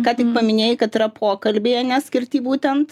ką tik paminėjai kad yra pokalbiai ane skirti būtent